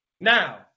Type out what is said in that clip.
Now